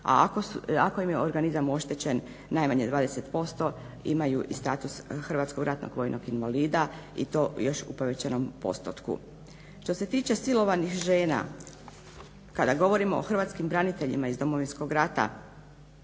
a ako im je organizam oštećen najmanje 20% imaju i status hrvatskog ratnog vojnog invalida i to još u povećanom postotku. Što se tiče silovanih žena, kada govorimo o hrvatskim braniteljima iz Domovinskog rata